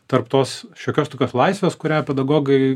tarp tos šiokios tokios laisvės kurią pedagogai